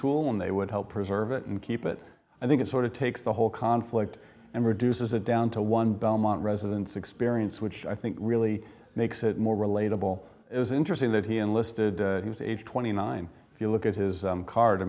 tool and they would help preserve it and keep it i think it sort of takes the whole conflict and reduces it down to one belmont residence experience which i think really makes it more relatable is interesting that he enlisted who's age twenty nine if you look at his card i